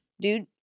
Dude